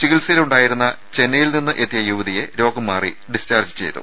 ചികിത്സയിലുണ്ടായിരുന്ന ചെന്നൈയിൽ നിന്നും എത്തിയ യുവതിയെ രോഗം മാറ്റി ഡിസ്ചാർജ് ചെയ്തു